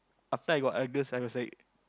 after I got Argus I was like